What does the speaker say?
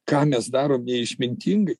ką mes darom neišmintingai